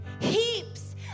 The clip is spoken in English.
heaps